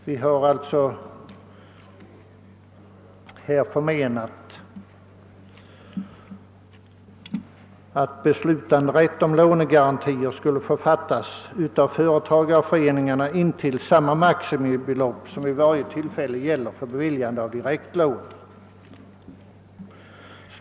Vi har därför ansett att beslutanderätt om lånegarantier skulle föreligga för företagareföreningar intill samma maximibelopp som det som för varje tillfälle gäller för beviljande av direktlån.